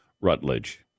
Rutledge